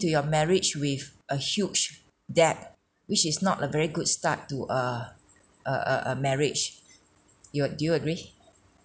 to your marriage with a huge debt which is not a very good start to a a a a marriage you do you agree